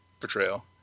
portrayal